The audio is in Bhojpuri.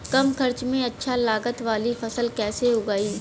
कम खर्चा में अच्छा लागत वाली फसल कैसे उगाई?